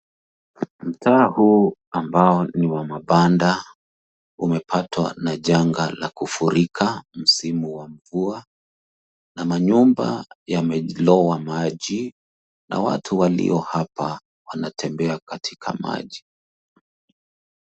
Mtaa huu ambao ni wa mabanda umepatwa na janga la kufurika msimu wa mvua na manyumba yamelowa maji na watu walio hapa wanatembea katika maji.